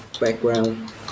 background